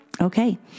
Okay